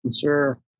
sure